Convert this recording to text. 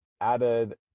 added